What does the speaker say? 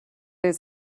has